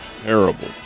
terrible